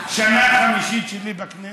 שנה חמישית שלי בכנסת,